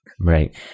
Right